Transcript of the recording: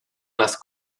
las